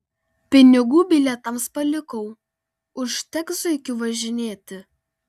pinigų bilietams palikau užteks zuikiu važinėti